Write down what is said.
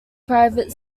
private